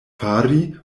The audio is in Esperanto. fari